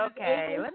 okay